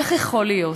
איך יכול להיות?